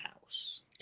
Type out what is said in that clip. house